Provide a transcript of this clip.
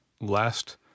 last